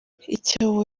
icyobo